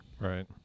right